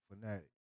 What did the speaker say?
Fanatic